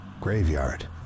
Graveyard